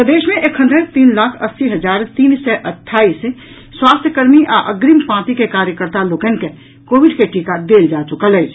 प्रदेश मे एखन धरि तीन लाख अस्सी हजार तीन सय अट्ठाईस स्वास्थ्यकर्मी आ अग्रिम पांति के कार्यकर्ता लोकनि के कोविड के टीका देल जा चुकल अछि